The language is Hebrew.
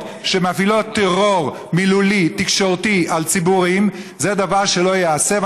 שמפעילות טרור מילולי ותקשורתי על ציבורים זה דבר שלא ייעשה,